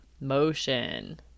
motion